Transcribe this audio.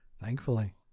Thankfully